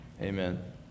Amen